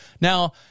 Now